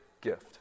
gift